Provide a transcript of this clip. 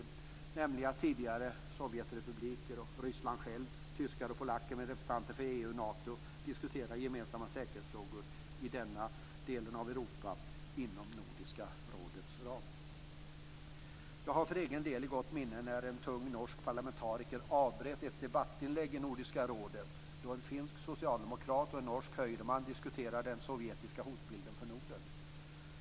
Vi kan nu med f.d. Sovjetrepubliker, Ryssland själv, tyskar och polacker samt representanter för EU och Nato diskutera gemensamma säkerhetsfrågor för denna del av Europa inom Nordiska rådets ram. Jag har för egen del i gott minne när en tung norsk parlamentariker avbröt ett debattinlägg i Nordiska rådet då en finsk socialdemokrat och en norsk høyreman diskuterade den sovjetiska hotbilden för Norden.